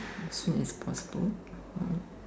as soon as possible oh